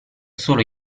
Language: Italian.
solo